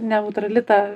neutrali ta